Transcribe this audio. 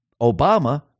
Obama